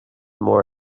more